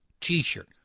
t-shirt